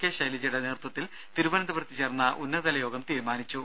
K ശൈലജയുടെ നേതൃത്വത്തിൽ തിരുവനന്തപുരത്ത് ചേർന്ന ഉന്നതതല യോഗം തീരുമാനിച്ചു